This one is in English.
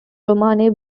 romani